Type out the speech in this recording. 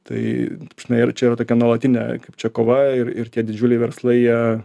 tai na ir čia jau tokia nuolatinė kaip čia kova ir ir tie didžiuliai verslai jie